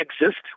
exist